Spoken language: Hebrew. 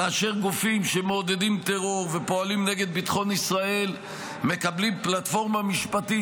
כאשר גופים שמעודדים טרור ופועלים נגד ביטחון ישראל מקבלים פלטפורמה משפטית